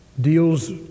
deals